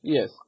Yes